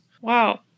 Wow